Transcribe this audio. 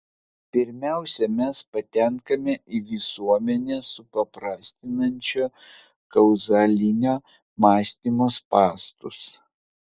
pirmiausia mes patenkame į visuomenę supaprastinančio kauzalinio mąstymo spąstus